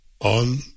on